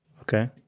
okay